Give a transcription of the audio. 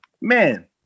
man